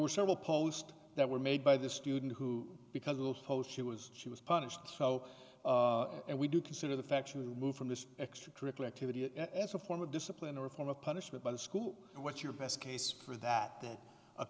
were several post that were made by the student who because of the host she was she was punished so and we do consider the factual move from this extracurricular activity as a form of discipline or a form of punishment by the school what's your best case for that that a